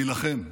להילחם.